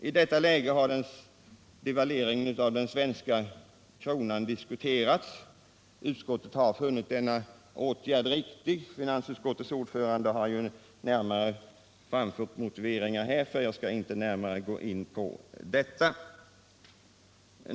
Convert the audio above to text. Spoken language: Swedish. I detta läge har devalveringen av den svenska kronan diskuterats. Utskottet har funnit denna åtgärd riktig — finansutskottets ordförande har anfört den närmare motiveringen härför, och jag skall inte gå närmare in på den.